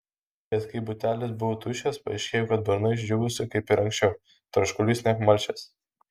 bet kai butelis buvo tuščias paaiškėjo kad burna išdžiūvus kaip ir anksčiau troškulys neapmalšęs